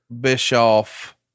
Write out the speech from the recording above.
bischoff